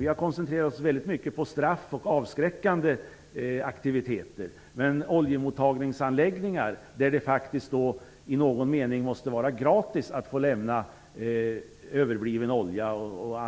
Vi har koncentrerat oss väldigt mycket på straff och avskräckande aktiviteter, men oljemottagningsanläggningar där det faktiskt i någon mening måste vara gratis att få lämna överbliven olja och